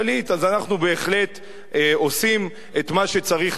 אז אנחנו בהחלט עושים את מה שצריך לעשות.